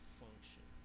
function